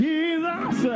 Jesus